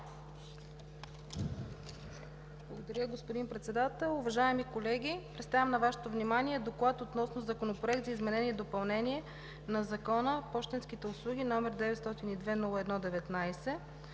Благодаря, господин Председател. Уважаеми колеги, представям на Вашето внимание „ДОКЛАД относно Законопроект за изменение и допълнение на Закона за пощенските услуги, № 902-01-19,